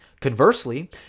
Conversely